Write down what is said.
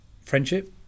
friendship